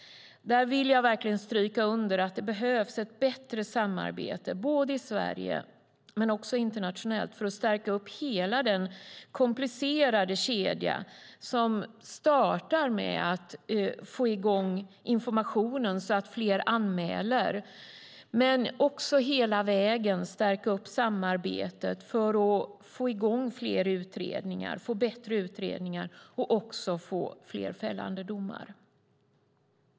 Där vill jag verkligen stryka under att det behövs ett bättre samarbete både i Sverige och internationellt för att stärka hela den komplicerade kedja som startar med att få i gång informationen så att fler anmäler. Det handlar också om att hela vägen stärka samarbetet för att få i gång fler utredningar, bättre utredningar och även fler fällande domar.